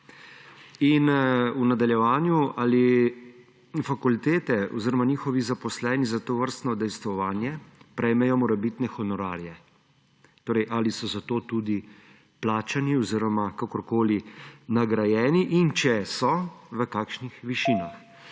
In v nadaljevanju: Ali fakultete oziroma njihovi zaposleni za tovrstno udejstvovanje prejmejo morebitne honorarje? Ali so za to tudi plačani oziroma kakorkoli nagrajeni? In če so: V kakšnih višinah?